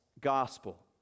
gospel